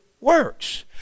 works